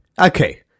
Okay